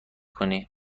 کنی